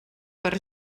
per